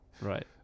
Right